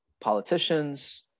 politicians